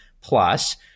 Plus